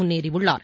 முன்னேறியுள்ளார்